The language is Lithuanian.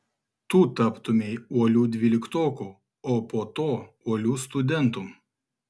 tu taptumei uoliu dvyliktoku o po to uoliu studentu